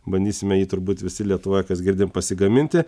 bandysime jį turbūt visi lietuvoj kas girdim pasigaminti